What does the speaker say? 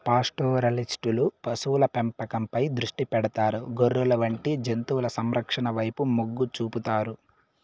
పాస్టోరలిస్టులు పశువుల పెంపకంపై దృష్టి పెడతారు, గొర్రెలు వంటి జంతువుల సంరక్షణ వైపు మొగ్గు చూపుతారు